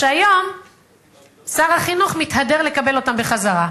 שהיום שר החינוך מתהדר לקבל אותם בחזרה.